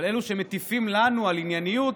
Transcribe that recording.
אבל אלו שמטיפים לנו על ענייניות,